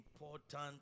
important